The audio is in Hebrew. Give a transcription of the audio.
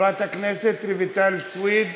חברת הכנסת רויטל סויד,